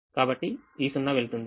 కాబట్టి ఈ 0 వెళ్తుంది